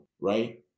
right